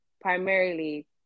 primarily